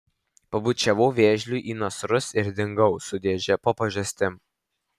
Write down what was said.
pabučiavau vėžliui į nasrus ir dingau su dėže po pažastim